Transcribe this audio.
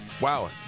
wow